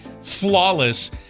flawless